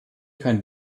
kein